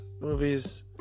movies